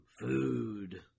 food